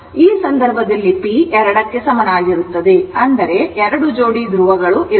ಈ ಸಂದರ್ಭದಲ್ಲಿ p 2 ಕ್ಕೆ ಸಮನಾಗಿರುತ್ತದೆ ಅಂದರೆ ಎರಡು ಜೋಡಿ ಧ್ರುವಗಳು ಇರುತ್ತವೆ